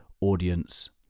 audience